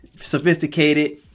sophisticated